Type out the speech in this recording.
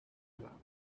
grounds